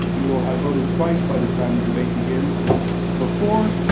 you will have voted twice by the time the debate begins, once before,